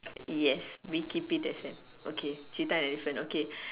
yes we keep it as that okay cheetah and elephant okay